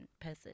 person